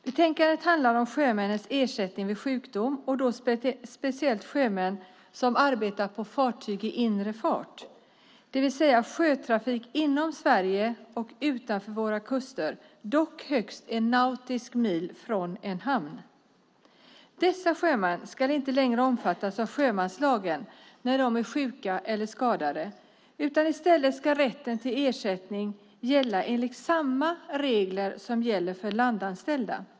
Betänkandet handlar om ersättning vid sjukdom för sjömän, speciellt för sjömän som arbetar på fartyg i inre fart - det vill säga sjötrafik inom Sverige och utanför våra kuster, dock högst 1 nautisk mil från en hamn. Dessa sjömän ska inte längre omfattas av sjömanslagen när det är sjuka eller skadade, utan i stället ska rätten till ersättning gälla enligt samma regler som för landanställda.